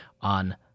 on